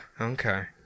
Okay